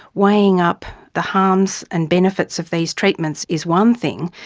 weighing up the harms and benefits of these treatments is one thing,